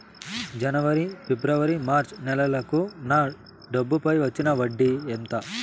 జనవరి, ఫిబ్రవరి, మార్చ్ నెలలకు నా డబ్బుపై వచ్చిన వడ్డీ ఎంత